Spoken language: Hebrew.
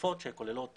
נוספות שכוללות